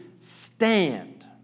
stand